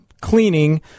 cleaning